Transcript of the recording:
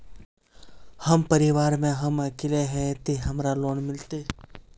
हम परिवार में हम अकेले है ते हमरा लोन मिलते?